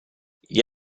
gli